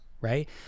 right